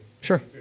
Sure